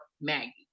Maggie